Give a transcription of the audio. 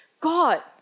God